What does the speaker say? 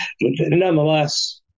nonetheless